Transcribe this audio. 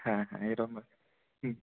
হ্যাঁ হ্যাঁ এরকমভাবে হুম